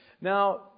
Now